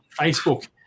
Facebook